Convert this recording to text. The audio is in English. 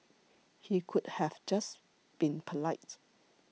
he could have just been polite